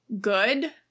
good